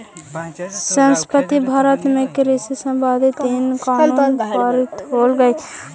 संप्रति भारत में कृषि संबंधित इन कानून पारित होलई हे